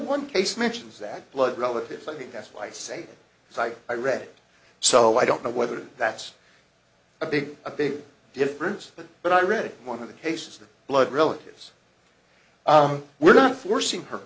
one case mentions that blood relatives i think that's why i say it's like i read so i don't know whether that's a big a big difference but i read one of the cases the blood relatives we're not forcing her